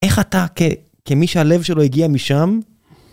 איך אתה, כמי שהלב שלו הגיע משם...